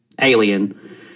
alien